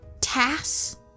Tass